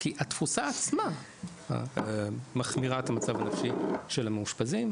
כי התפוסה עצמה מחמירה את המצב הנפשי של המאושפזים,